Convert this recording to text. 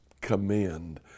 command